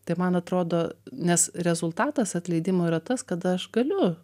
tai man atrodo nes rezultatas atleidimo yra tas kad aš galiu